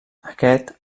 aquest